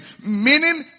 Meaning